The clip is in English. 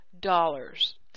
dollars